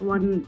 One